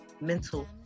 mental